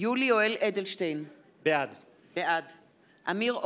יולי יואל אדלשטיין, בעד אמיר אוחנה,